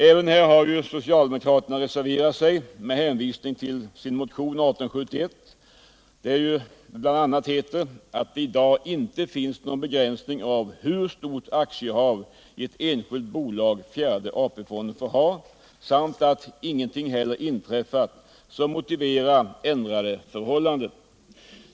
Även här har socialdemokraterna reserverat sig med hänvisning till sin motion 1871, vari det bl.a. heter att det i dag inte finns någon begränsning av hur stort aktieinnehav i ett enskilt bolag fjärde AP-fonden får ha samt att ingenting heller inträffat som motiverar ändrade förhållanden.